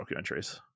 documentaries